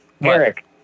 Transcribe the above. Eric